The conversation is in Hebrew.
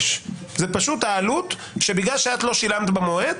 פשוט זו העלות בגלל שאת לא שילמת במועד.